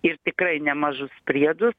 ir tikrai nemažus priedus